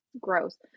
gross